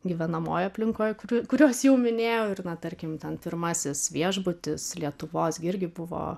gyvenamojoj aplinkoj kur kuriuos jau minėjau ir na tarkim ten pirmasis viešbutis lietuvos irgi buvo